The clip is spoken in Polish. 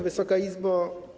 Wysoka Izbo!